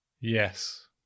Yes